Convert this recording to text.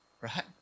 Right